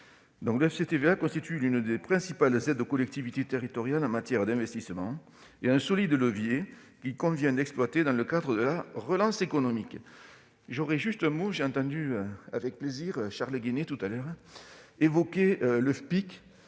Or le FCTVA constitue l'une des principales aides aux collectivités territoriales en matière d'investissement et un solide levier qu'il convient d'exploiter dans le cadre de la relance économique. J'ai entendu avec plaisir Charles Guené évoquer la redéfinition du FPIC.